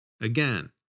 Again